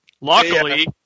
Luckily